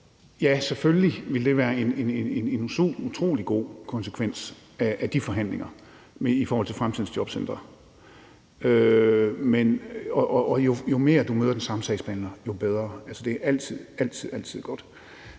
det selvfølgelig ville være en utrolig positiv konsekvens af de forhandlinger i forhold til fremtidens jobcentre. Jo mere du møder den samme sagsbehandler, jo bedre. Det er altid godt.